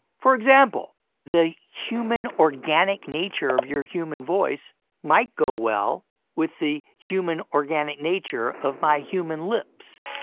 for example the human, organic nature of your human voice might go well with the human, organic nature of my human lips,